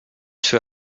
für